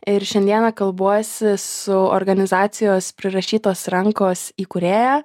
ir šiandieną kalbuosi su organizacijos prirašytos rankos įkūrėja